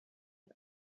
het